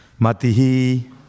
Matihi